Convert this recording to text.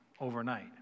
overnight